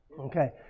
Okay